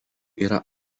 yra